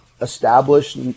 established